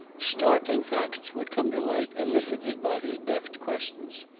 startling facts would come to light elicited by his deft questions.